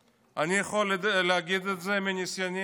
אני יכול להגיד את זה מניסיוני האישי.